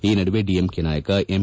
ಈ ನಡುವೆ ಡಿಎಂಕೆ ನಾಯಕ ಎಂ